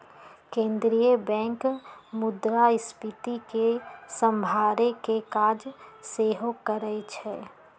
केंद्रीय बैंक मुद्रास्फीति के सम्हारे के काज सेहो करइ छइ